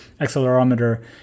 accelerometer